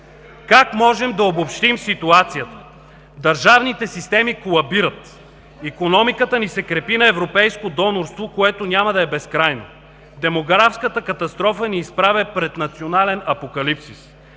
Как можем да обобщим ситуацията? Държавните системи колабиратова. Икономиката ни се крепи на европейско донорство, което няма да е безкрайно. Демографската катастрофа ни изправя пред национален апокалипсис.